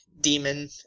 demon